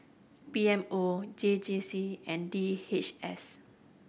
P M O J J C and D H S